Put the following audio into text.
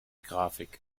grafik